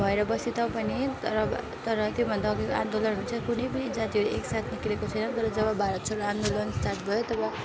भएर बसे तापनि तर अब तर त्योभन्दा अघिको आन्दोलनहरू छ कुनै पनि जातिहरू एकसाथ निस्किएको छैन तर जब भारत छोडो आन्दोलन स्टार्ट भयो तब